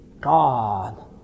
God